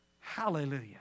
Hallelujah